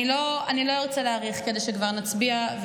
אני לא רוצה להאריך, כדי שכבר נצביע.